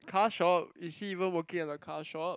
car shop is he even working at a car shop